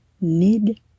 mid